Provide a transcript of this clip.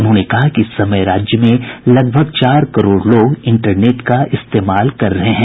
उन्होंने कहा कि इस समय राज्य में लगभग चार करोड़ लोग इंटरनेट का इस्तेमाल कर रहे हैं